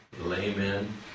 laymen